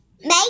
make